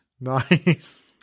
Nice